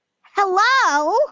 Hello